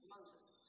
Moses